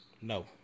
no